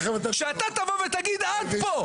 שאתה תבוא ותגיד: עד פה,